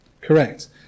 Correct